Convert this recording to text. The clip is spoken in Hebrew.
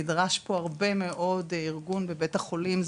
נדרש פה הרבה מאוד ארגון בבית החולים.